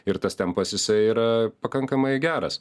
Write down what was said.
ir tas tempas jisai yra pakankamai geras